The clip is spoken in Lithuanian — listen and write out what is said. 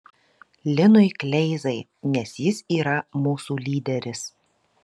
linui kleizai nes jis yra mūsų lyderis